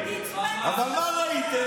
עומדים שם, אבל מה ראיתם?